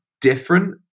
different